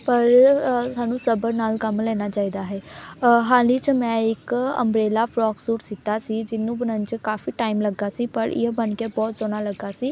ਪਰ ਸਾਨੂੰ ਸਬਰ ਨਾਲ ਕੰਮ ਲੈਣਾ ਚਾਹੀਦਾ ਹੈ ਹਾਲ ਹੀ 'ਚ ਮੈਂ ਇੱਕ ਅੰਬਰੇਲਾ ਫਰੋਕ ਸੂਟ ਸੀਤਾ ਸੀ ਜਿਹਨੂੰ ਬਣਨ 'ਚ ਕਾਫੀ ਟਾਈਮ ਲੱਗਾ ਸੀ ਪਰ ਇਹ ਬਣ ਕੇ ਗਿਆ ਬਹੁਤ ਸੋਹਣਾ ਲੱਗਾ ਸੀ